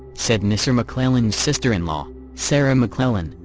said mr. mcclellan's sister-in-law, sarah mcclellan,